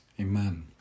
amen